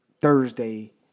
Thursday